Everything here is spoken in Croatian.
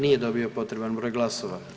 Nije dobio potreban broj glasova.